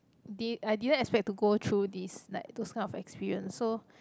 did I didn't expect to go through this like those kind of experience so